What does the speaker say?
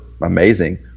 amazing